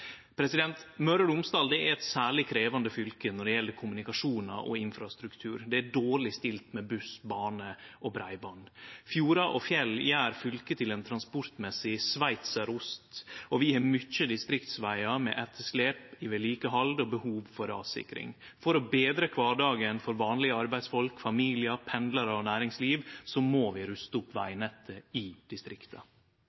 Møre og Romsdal er eit særleg krevjande fylke når det gjeld kommunikasjon og infrastruktur. Det er dårleg stilt med buss, bane og breiband. Fjordar og fjell gjer fylket til ein transportmessig sveitserost, og vi har mange distriktsvegar med etterslep i vedlikehald og behov for rassikring. For å betre kvardagen til vanlege arbeidsfolk, familiar, pendlarar og næringsliv må vi ruste opp